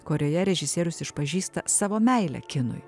kurioje režisierius išpažįsta savo meilę kinui